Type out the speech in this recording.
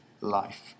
life